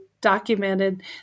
documented